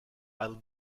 i’ll